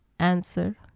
answer